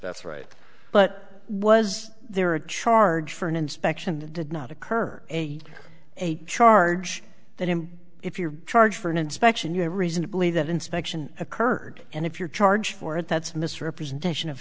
that's right but was there a charge for an inspection did not occur a charge that him if you're charged for an inspection you have reason to believe that inspection occurred and if you're charged for it that's misrepresentation of